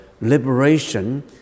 liberation